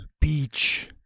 beach